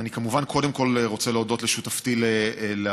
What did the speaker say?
אז אני כמובן קודם כול רוצה להודות לשותפתי לשדולה,